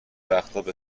وقتابه